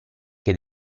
che